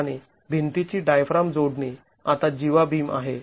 आणि भिंतीची डायफ्राम जोडणी आता जीवा बीम आहे